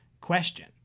question